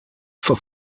for